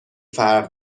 فرق